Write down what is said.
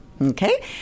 Okay